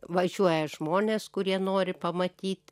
važiuoja žmonės kurie nori pamatyt